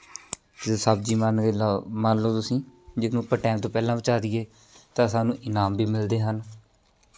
ਅਤੇ ਸਬਜ਼ੀ ਮੰਨ ਲਉ ਮੰਨ ਲਉ ਤੁਸੀਂ ਜਿਹਨੂੰ ਆਪਾਂ ਟੈਮ ਤੋਂ ਪਹਿਲਾਂ ਪਹੁੰਚਾ ਦੇਈਏ ਤਾਂ ਸਾਨੂੰ ਇਨਾਮ ਵੀ ਮਿਲਦੇ ਹਨ